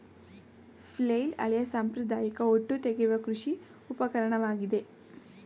flail ಹಳೆಯ ಸಾಂಪ್ರದಾಯಿಕ ಹೊಟ್ಟು ತೆಗೆಯುವ ಕೃಷಿ ಉಪಕರಣವಾಗಿದೆ